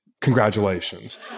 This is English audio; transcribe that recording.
Congratulations